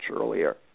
earlier